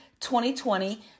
2020